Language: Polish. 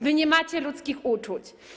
Wy nie macie ludzkich uczuć.